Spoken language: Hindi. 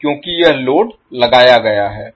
क्योंकि यह लोड लगाया गया हैं